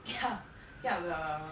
kiap kiap the